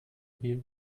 hier